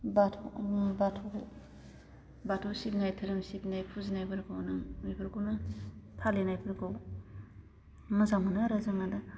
बाथौ बाथौखौ बाथौ सिबिनाय सिबिनाय धोरोम सिबिनाय फुजिनायफोरखौनो बेफोरखौनो फालिनायफोरखौ मोजां मोनो आरो जोङो दा